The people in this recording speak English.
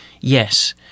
yes